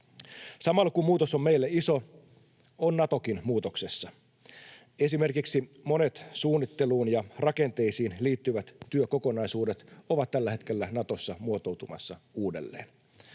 Samalla, kun muutos on meille iso, on Natokin muutoksessa. Esimerkiksi monet suunnitteluun ja rakenteisiin liittyvät työkokonaisuudet ovat tällä hetkellä Natossa muotoutumassa uudelleen.